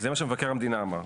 זה מה שמבקר המדינה אמר.